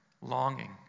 longing